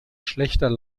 schlechter